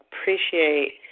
appreciate